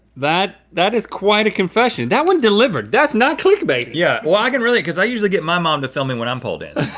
that that is quite a confession. that one delivered. that's not click-bait. yeah, well i can relate cause i usually get my mom to film me when i'm poll-dancin,